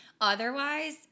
Otherwise